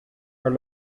are